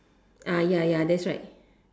ya ya that's right